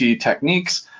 techniques